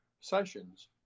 sessions